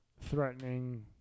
threatening